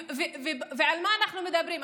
ועל מה אנחנו מדברים?